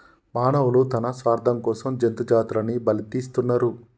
మానవులు తన స్వార్థం కోసం జంతు జాతులని బలితీస్తున్నరు